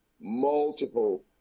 multiple